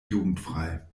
jugendfrei